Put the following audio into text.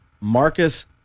Marcus